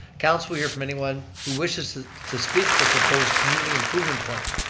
council will hear from anyone who wishes to speak to the proposed community improvement plan.